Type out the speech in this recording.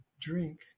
drink